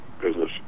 business